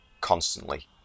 constantly